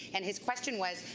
and his question was,